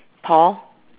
Paul